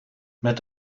met